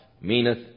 meaneth